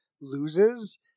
Loses